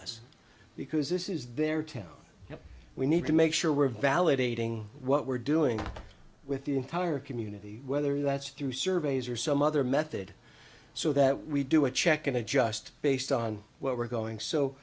us because this is their town and we need to make sure we're validating what we're doing with the entire community whether that's through surveys or some other method so that we do a check and adjust based on what we're going so